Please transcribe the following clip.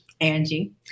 Angie